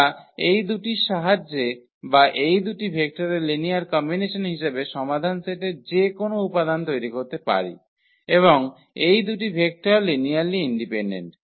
আমরা এই দুটির সাহায্যে বা এই দুটি ভেক্টরের লিনিয়ার কম্বিনেশন হিসাবে সমাধান সেটের যে কোনও উপাদান তৈরি করতে পারি এবং এই দুটি ভেক্টর লিনিয়ারলি ইন্ডিপেন্ডেন্ট